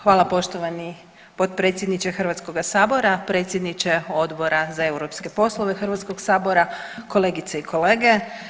Hvala poštovani potpredsjedniče Hrvatskoga sabora, predsjedniče Odbora za europske poslove Hrvatskog sabora, kolegice i kolege.